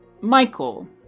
Michael